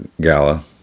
Gala